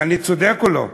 אני צודק או לא?